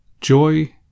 Joy